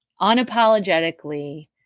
unapologetically